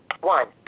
one